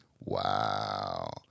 Wow